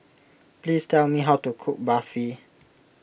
please tell me how to cook Barfi